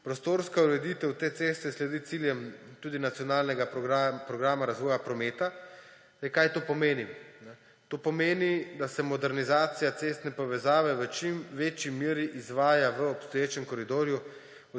Prostorska ureditev te ceste sledi ciljem tudi Nacionalnega programa razvoja prometa. Kaj to pomeni? To pomeni, da se modernizacija cestne povezave v čim večji meri izvaja v obstoječem koridorju